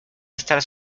estar